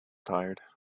tired